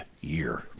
year